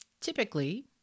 Typically